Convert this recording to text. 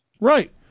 Right